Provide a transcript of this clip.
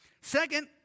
Second